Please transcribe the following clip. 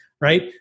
Right